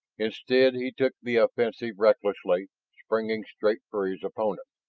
instead, he took the offensive recklessly, springing straight for his opponent.